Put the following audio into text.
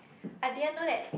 I didn't know that